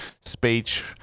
speech